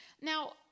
Now